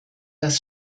das